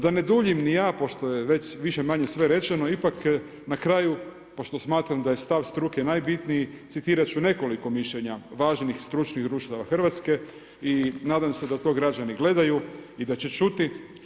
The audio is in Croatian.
Da ne duljim ni ja pošto je više-manje sve rečeno ipak na kraju pošto smatram da je stav struke najbitniji citirat ću nekoliko mišljenja uvaženih stručnih društava Hrvatske i nadam se da to građani gledaju i da će čuti.